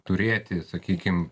turėti sakykim